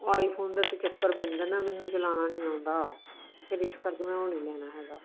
ਆਈ phone ਦਾ ਤਾਂ ਚੱਕਰ ਪੈਂਦਾ ਨਾ ਮੈਨੂੰ ਚਲਾਉਣਾ ਨਹੀਂ ਆਉਂਦਾ ਫਿਰ ਇਸ ਕਰਕੇ ਮੈਂ ਉਹ ਉ ਲੈਣਾ ਹੈਗਾ